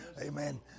Amen